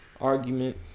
Argument